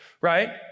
right